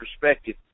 perspective